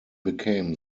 became